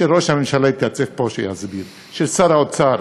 שראש הממשלה יתייצב פה ויסביר, ששר האוצר